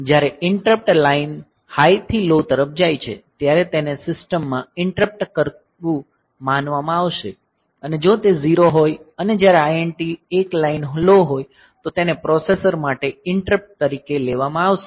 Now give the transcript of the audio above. જ્યારે interrupt line હાઇથી low તરફ જાય છે ત્યારે તેને સિસ્ટમમાં ઈંટરપ્ટ કરતું માનવામાં આવશે અને જો તે 0 હોય અને જ્યારે INT 1 લાઇન લો હોય તો તેને પ્રોસેસર માટે ઈંટરપ્ટ તરીકે લેવામાં આવશે